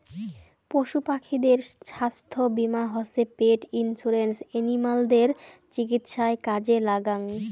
পশু পাখিদের ছাস্থ্য বীমা হসে পেট ইন্সুরেন্স এনিমালদের চিকিৎসায় কাজে লাগ্যাঙ